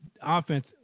offense